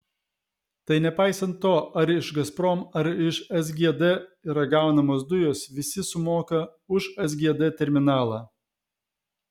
tai nepaisant to ar iš gazprom ar iš sgd yra gaunamos dujos visi sumoka už sgd terminalą